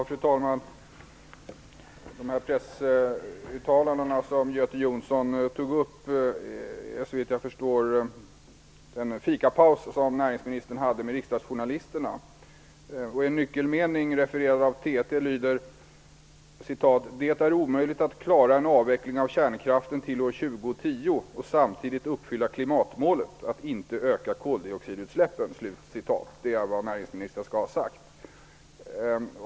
Fru talman! De pressuttalanden som Göte Jonsson tog upp kommer såvitt jag förstår från den fikapaus som näringsministern hade med riksdagsjournalisterna. En nyckelmening, refererad av TT, lyder: "Det är omöjligt att klara en avveckling av kärnkraften till år 2010 och samtidigt uppfylla klimatmålet, att inte öka koldioxidutsläppen." Det är vad näringsministern skall ha sagt.